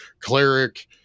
cleric